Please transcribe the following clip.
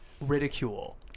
ridicule